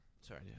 sorry